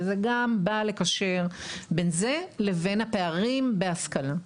וזה גם בא לקשר בין זה לבין הפערים בהשכלה.